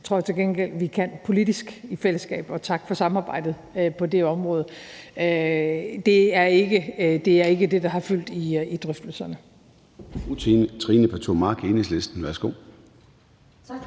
Det tror jeg til gengæld vi kan gøre politisk i fællesskab, og tak for samarbejdet på det område. Så det er ikke det, der har fyldt i drøftelserne.